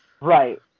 right